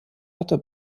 hatte